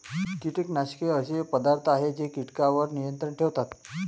कीटकनाशके असे पदार्थ आहेत जे कीटकांवर नियंत्रण ठेवतात